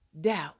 doubt